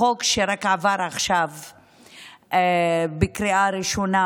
מהחוק שרק עכשיו עבר בקריאה הראשונה,